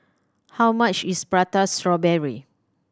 how much is Prata Strawberry